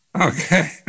Okay